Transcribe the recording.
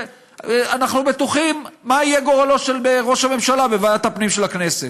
ואנחנו בטוחים מה יהיה גורלו של ראש הממשלה בוועדת הפנים של הכנסת.